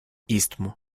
istmo